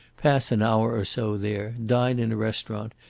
pass an hour or so there, dine in a restaurant,